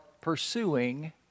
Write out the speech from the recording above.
pursuing